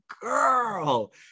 girl